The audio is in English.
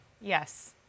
Yes